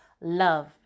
love